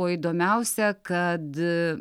o įdomiausia kad